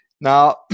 Now